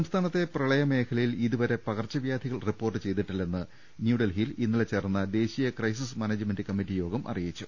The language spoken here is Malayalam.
സംസ്ഥാനത്തെ പ്രളയ മേഖലയിൽ ഇതുവരെ പകർച്ചവ്യാധികൾ റിപ്പോർട്ട് ചെയ്തിട്ടില്ലെന്ന് ന്യൂഡൽഹിയിൽ ഇന്നലെ ചേർന്ന ദേശീയ ക്രൈസിസ് മാനേജ്മെന്റ് കമ്മറ്റി യോഗം അറിയിച്ചു